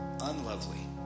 unlovely